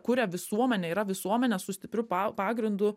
kuria visuomenę yra visuomenės su stipriu pa pagrindu